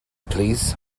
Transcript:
plîs